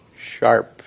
sharp